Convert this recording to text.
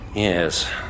Yes